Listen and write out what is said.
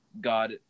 God